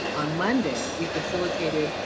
on monday, we facilitated,